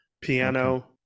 Piano